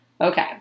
Okay